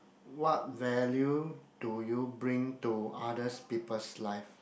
what value do you bring to others people's life